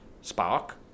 Spark